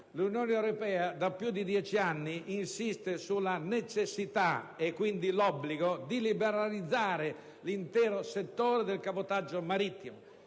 l'Unione europea da più di 10 anni insiste sulla necessità e, quindi, sull'obbligo di liberalizzare l'intero settore del cabotaggio marittimo.